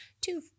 two